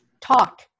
talk